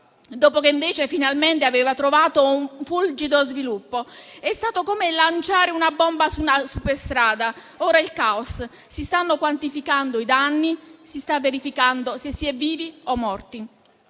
dopo che, invece, finalmente aveva trovato un fulgido sviluppo. È stato come lanciare una bomba su una superstrada. Ora è il caos. Si stanno quantificando i danni. Si sta verificando se si è vivi o morti.